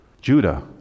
Judah